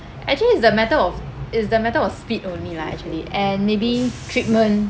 actually it's the matter of it's the matter of speed only lah actually and maybe treatment